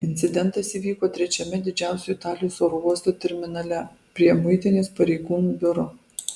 incidentas įvyko trečiame didžiausio italijos oro uosto terminale prie muitinės pareigūnų biuro